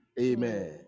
Amen